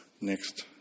next